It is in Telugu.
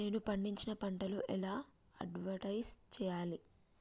నేను పండించిన పంటను ఎలా అడ్వటైస్ చెయ్యాలే?